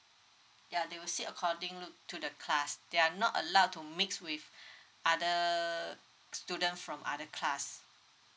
ya they will sit accordingly to the class they are not allowed to mix with other student from other class